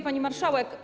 Pani Marszałek!